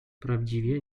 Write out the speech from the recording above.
prawdziwie